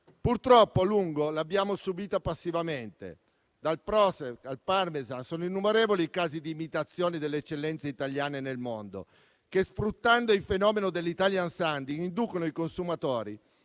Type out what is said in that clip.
Purtroppo a lungo l'abbiamo subita passivamente: dal "prosek" al "parmesan" sono innumerevoli i casi di imitazione delle eccellenze italiane nel mondo che, sfruttando il fenomeno dell'*italian sounding,* inducono i consumatori